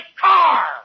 car